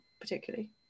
particularly